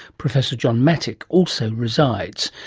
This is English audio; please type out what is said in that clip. professor john mattick, also resides.